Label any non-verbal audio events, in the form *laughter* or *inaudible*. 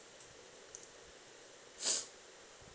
*noise*